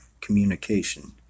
communication